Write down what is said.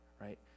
right